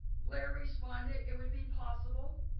blair responded, it would be possible,